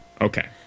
Okay